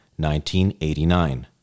1989